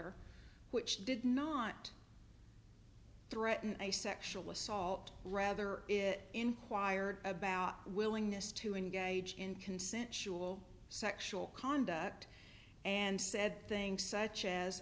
letter which did not threaten a sexual assault rather it inquired about willingness to engage in consensual sexual conduct and said thing such as